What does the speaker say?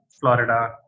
Florida